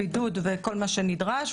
בידוד וכל מה שנדרש,